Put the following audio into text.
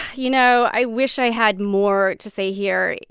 you know, i wish i had more to say here.